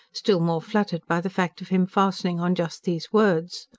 still more fluttered by the fact of him fastening on just these words.